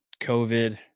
COVID